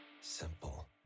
Simple